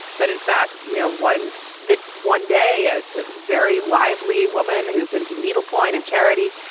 but in fact, you know, one that one day a very lively woman who's into needlepoint and charity,